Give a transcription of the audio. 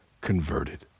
converted